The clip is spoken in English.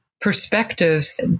perspectives